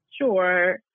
Sure